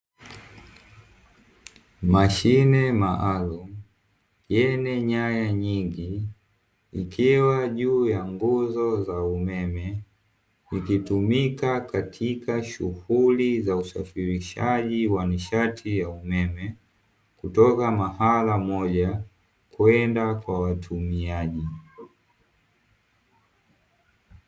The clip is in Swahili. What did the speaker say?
Mashine maalumu yenye nyaya nyingi ikiwa juu ya nguzo za umeme, ikitumika katika shughuli za usafirishaji wa nishati ya umeme kutoka eneo moja kwenda kwa watumiaji.